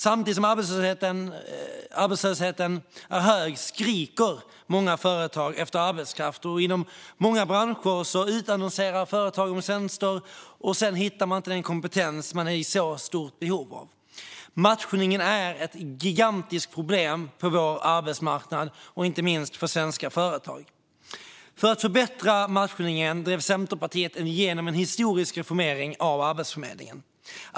Samtidigt som arbetslösheten är hög skriker många företag efter arbetskraft, och inom många branscher hittar företag trots utannonserade tjänster inte den kompetens som de är i så stort behov av. Matchningen är ett gigantiskt problem på vår arbetsmarknad och inte minst för svenska företag. För att förbättra matchningen drev Centerpartiet igenom en historisk reformering av Arbetsförmedlingen.